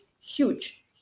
huge